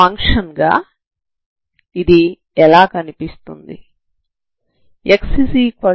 function గా ఇది ఎలా కనిపిస్తుంది